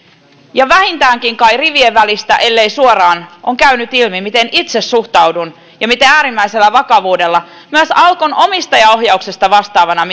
ja vähintäänkin kai rivien välistä ellei suoraan on käynyt ilmi miten itse suhtaudun äärimmäisellä vakavuudella myös alkon omistajaohjauksesta vastaavana